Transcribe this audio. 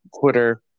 twitter